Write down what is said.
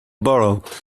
borough